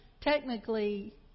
technically